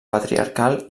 patriarcal